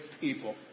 people